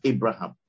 Abraham